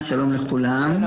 המים,